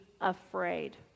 afraid